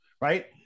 right